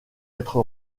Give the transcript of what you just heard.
être